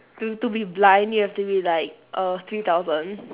to to be blind you have to be like err three thousand